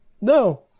no